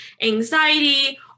anxiety